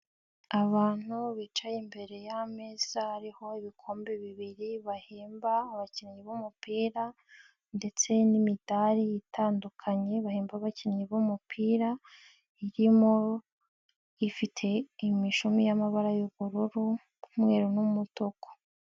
Abantu bicaye imbere y'ameza hariho ibikombe bibiri bahimba abakinnyi b'umupira ndetse n'imidari itandukanye bahemba abakinnyi b'umupira, irimo, ifite imishumi y'amabara y'ubururu, umweru n'umutuku.